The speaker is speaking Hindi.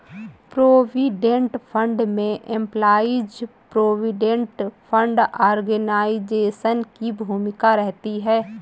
प्रोविडेंट फंड में एम्पलाइज प्रोविडेंट फंड ऑर्गेनाइजेशन की भूमिका रहती है